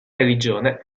religione